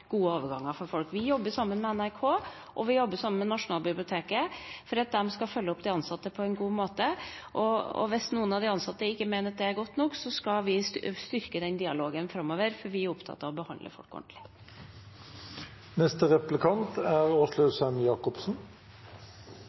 gode overganger for folk. Vi jobber sammen med NRK og vi jobber sammen med Nasjonalbiblioteket for at de skal følge opp de ansatte på en god måte. Hvis noen av de ansatte mener at det ikke er godt nok, skal vi styrke den dialogen framover, for vi er opptatt av å behandle folk ordentlig. Vi i Senterpartiet er